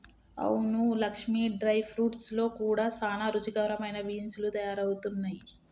అవును Lakshmi dry fruits లో కూడా సానా రుచికరమైన బీన్స్ లు తయారవుతున్నాయి